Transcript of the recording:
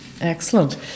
Excellent